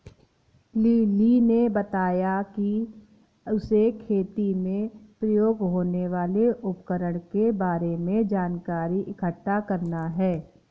lily ने बताया कि उसे खेती में प्रयोग होने वाले उपकरण के बारे में जानकारी इकट्ठा करना है